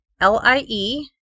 L-I-E